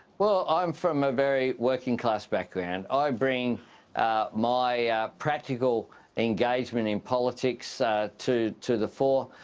ah i'm from a very working class background, i bring my practical engagement in politics to to the fore.